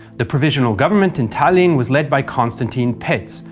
the provisional government in tallinn was led by konstantin pats,